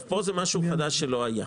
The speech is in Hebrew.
פה זה משהו חדש שלא היה.